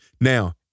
Now